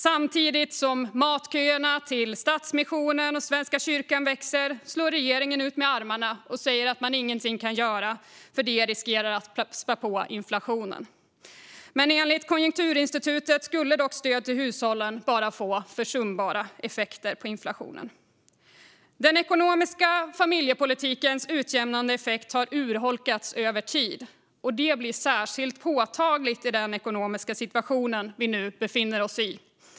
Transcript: Samtidigt som matköerna till Stadsmissionen och Svenska kyrkan växer slår regeringen ut med armarna och säger att man ingenting kan göra för att det riskerar att spä på inflationen. Enligt Konjunkturinstitutet skulle dock stöd till hushållen bara få försumbara effekter på inflationen. Den ekonomiska familjepolitikens utjämnande effekt har urholkats över tid, och det blir särskilt påtagligt i den ekonomiska situation vi nu befinner oss i.